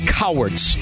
cowards